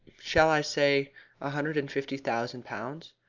shall i say a hundred and fifty thousand pounds?